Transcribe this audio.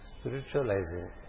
spiritualizing